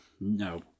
no